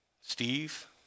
Steve